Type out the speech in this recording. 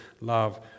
love